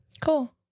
Cool